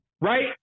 right